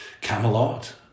Camelot